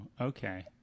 Okay